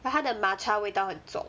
like 它的 matcha 味道很重